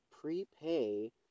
prepay